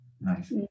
nice